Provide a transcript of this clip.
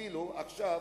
אפילו עכשיו,